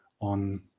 on